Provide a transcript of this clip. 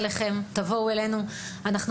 בואו אלינו ושתפו איתנו פעולה.